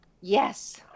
yes